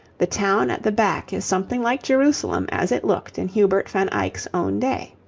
the town at the back is something like jerusalem as it looked in hubert van eyck's own day.